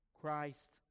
Christ